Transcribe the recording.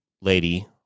lady